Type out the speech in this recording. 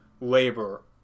labor